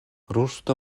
rusto